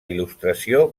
il·lustració